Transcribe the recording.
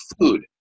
food